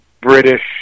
British